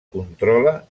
controla